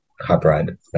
hybrid